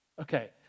Okay